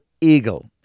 eagle